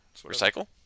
Recycle